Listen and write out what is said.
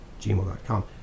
gmail.com